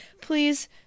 Please